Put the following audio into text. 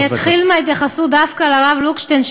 אני אתחיל דווקא בהתייחסות לרב לוקשטיין,